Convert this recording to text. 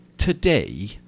today